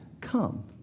come